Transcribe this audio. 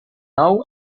nou